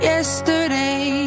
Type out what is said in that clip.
Yesterday